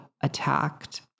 attacked